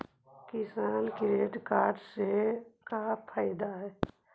किसान credit card से का फायदा है?